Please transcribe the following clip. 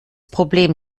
problem